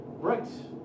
Right